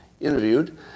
interviewed